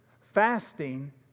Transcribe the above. Fasting